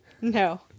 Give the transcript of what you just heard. no